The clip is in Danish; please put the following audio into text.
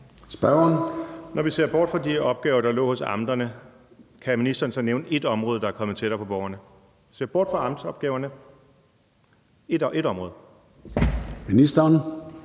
Når vi ser bort fra de opgaver, der lå hos amterne, kan ministeren så nævne ét område, der er kommet tættere på borgerne? Kl. 13:57 Formanden (Søren Gade): Ministeren.